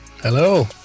hello